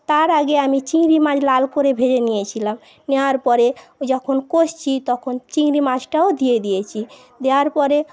তার আগে আমি চিংড়ি মাছ লাল করে ভেজে নিয়েছিলাম নেওয়ার পরে যখন কষছি তখন চিংড়ি মাছটাও দিয়ে দিয়েছি দেওয়ার পরে